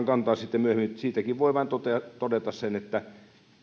kantaa sitten myöhemmin siitäkin voi vain todeta sen että